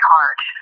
Heart